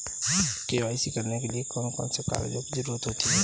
KYC करने के लिए कौन कौन से कागजों की जरूरत होती है?